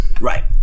Right